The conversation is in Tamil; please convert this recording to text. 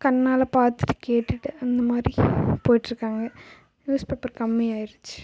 கண்ணால் பார்த்துட்டு கேட்டுவிட்டு அந்தமாதிரி போய்கிட்டு இருக்காங்க நியூஸ் பேப்பர் கம்மியாயிருச்சு